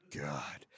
God